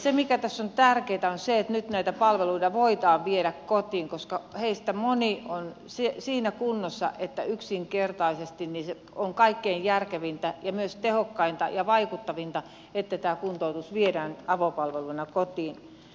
se mikä tässä on tärkeintä on se että nyt näitä palveluita voidaan viedä kotiin koska heistä moni on siinä kunnossa että yksinkertaisesti on kaikkein järkevintä ja myös tehokkainta ja vaikuttavinta että tämä kuntoutus viedään avopalveluina kotiin